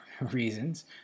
reasons